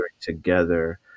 together